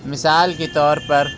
مثال کے طور پر